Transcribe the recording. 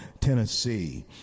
Tennessee